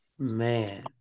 Man